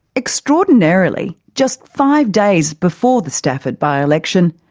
extraordinarily, just five days before the stafford by-election,